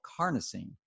carnosine